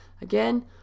Again